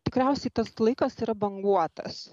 tikriausiai tas laikas yra banguotas